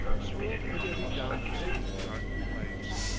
swirled and eddied down her sleek dark flanks.